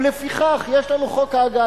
ולפיכך יש לנו חוק הג"א.